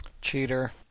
Cheater